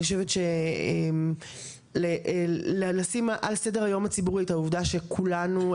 אני חושבת שלשים על סדר היום הציבורי את העובדה שזה